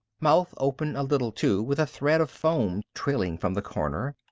mouth open a little too with a thread of foam trailing from the corner,